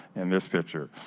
and this picture.